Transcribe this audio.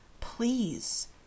please